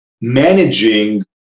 managing